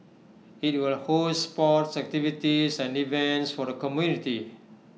IT will host sports activities and events for the community